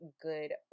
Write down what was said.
good